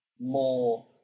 more